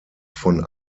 von